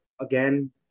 again